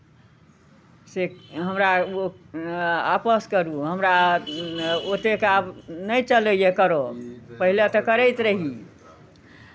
से हमरा ओ आपस करू हमरा ओत्तेक आब नहि चलैए करय पहिले तऽ करैत रही